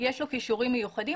יש לו כישורים מיוחדים,